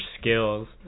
skills